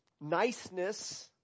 niceness